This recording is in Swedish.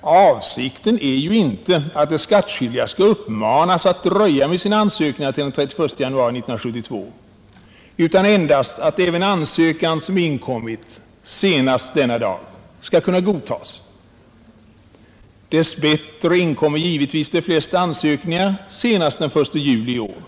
Avsikten är ju inte att de skattskyldiga skall uppmanas att dröja med sina ansökningar till den 31 januari 1972 utan endast att även ansökan som inkommit senast denna dag skall kunna godtas. Dess bättre inkommer givetvis de flesta ansökningar senast den 1 juli i år.